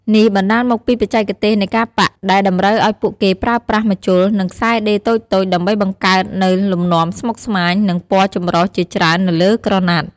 នេះបណ្ដាលមកពីបច្ចេកទេសនៃការប៉ាក់ដែលតម្រូវឱ្យពួកគេប្រើប្រាស់ ម្ជុល និងខ្សែដេរតូចៗ ដើម្បីបង្កើតនូវលំនាំស្មុគស្មាញ និងពណ៌ចម្រុះជាច្រើននៅលើក្រណាត់។